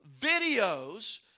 videos